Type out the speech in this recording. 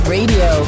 Radio